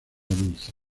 dulce